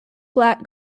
black